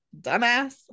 dumbass